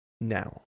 Now